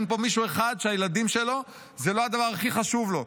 אין פה מישהו אחד שהילדים שלו זה לא הדבר הכי חשוב לו.